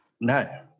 No